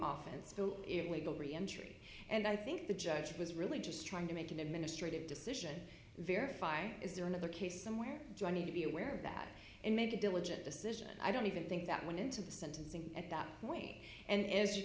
reentry and i think the judge was really just trying to make an administrative decision verifying is there another case somewhere journey to be aware of that and make a diligent decision i don't even think that went into the sentencing at that way and as you